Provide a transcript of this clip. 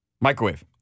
Microwave